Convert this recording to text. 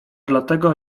dlatego